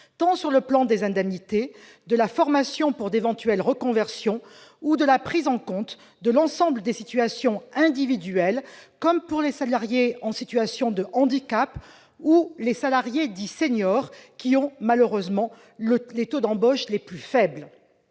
s'agisse des indemnités, de la formation pour d'éventuelles reconversions ou de la prise en compte de l'ensemble des situations individuelles. Je pense en particulier aux salariés en situation de handicap et aux salariés dits « seniors », qui présentent malheureusement les taux d'embauche les plus faibles.